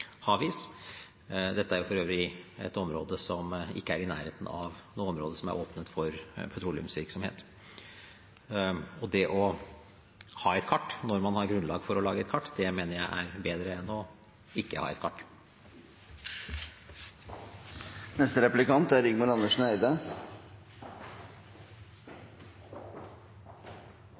havis. Dette er for øvrig et område som ikke er i nærheten av noe område som er åpnet for petroleumsvirksomhet. Det å ha et kart når man har grunnlag for å lage et kart, mener jeg er bedre enn ikke å ha et kart. Som jeg sa i innlegget mitt, er